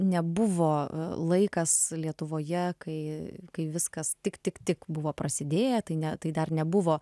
nebuvo laikas lietuvoje kai kai viskas tik tik tik buvo prasidėję tai ne tai dar nebuvo